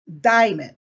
diamond